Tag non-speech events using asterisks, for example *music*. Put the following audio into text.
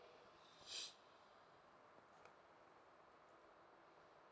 *breath*